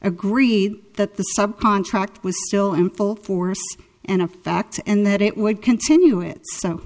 agreed that the subcontract was still in full force and effect and that it would continue it so